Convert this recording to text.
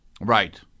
Right